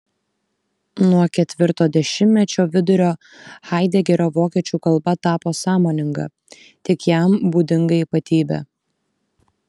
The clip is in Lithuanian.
nuo ketvirto dešimtmečio vidurio haidegerio vokiečių kalba tapo sąmoninga tik jam būdinga ypatybe